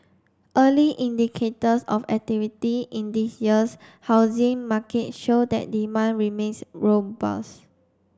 early indicators of activity in this year's housing market show that demand remains robust